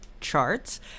charts